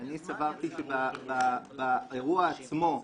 אני סברתי שבאירוע עצמו,